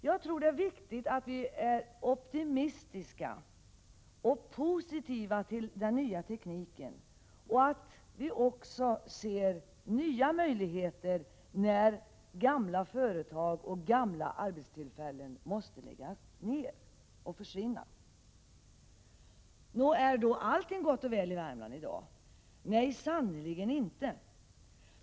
Jag tror att det är viktigt att vi är optimistiska och positiva till den nya tekniken och att vi också ser nya möjligheter när gamla företag måste läggas ned och arbetstillfällen försvinner. Är då allting gott och väl i Värmland i dag? Nej, sannerligen inte.